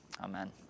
Amen